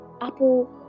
apple